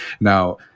now